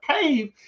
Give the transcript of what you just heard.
cave